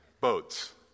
Boats